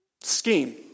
scheme